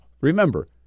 remember